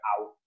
out